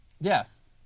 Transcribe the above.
Yes